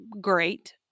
great